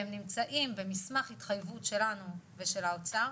והן נמצאות במסמך התחייבות שלנו ושל האוצר,